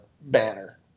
banner